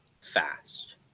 fast